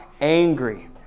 angry